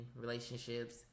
relationships